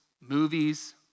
movies